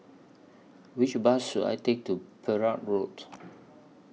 Which Bus should I Take to Perak Road